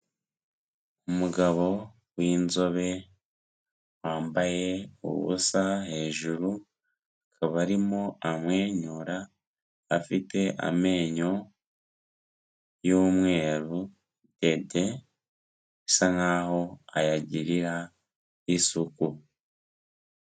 Umugabo w'inzobe, wambaye ubusa hejuru, akaba arimo amwenyura afite amenyo y'umweru dede bisa nk'aho ayagirira isuku.